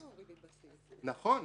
נכון,